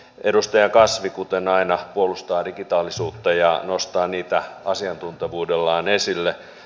edustaja kasvi kuten aina puolustaa digitaalisuutta ja nostaa niitä asiantuntevuudellaan esille